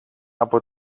από